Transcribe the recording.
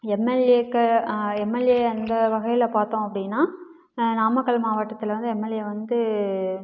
எம்எல்ஏவுக்கு MLA அந்த வகையில் பார்த்தோம் அப்படின்னா நாமக்கல் மாவட்டத்தில் வந்து எம்எல்ஏ வந்து